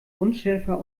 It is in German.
unschärfer